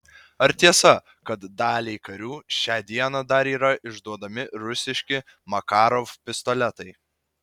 ar tiesa kad daliai karių šią dieną dar yra išduodami rusiški makarov pistoletai